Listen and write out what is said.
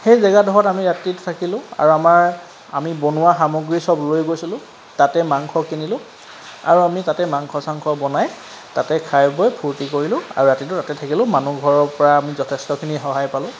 সেই জেগাডোখৰত আমি ৰাতিটো থাকিলোঁ আৰু আমাৰ আমি বনোৱা সামগ্ৰী চব লৈ গৈছিলোঁ তাতে মাংস কিনিলোঁ আৰু আমি তাতে মাংস চাংস বনাই তাতে খাই বৈ ফূৰ্তি কৰিলোঁ আৰু ৰাতিটো তাতে থাকিলোঁ মানুহঘৰৰপৰা আমি যথেষ্টখিনি সহায় পালোঁ